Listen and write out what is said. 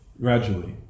Gradually